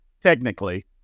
technically